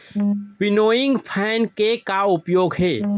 Winnowing fan के का उपयोग हे?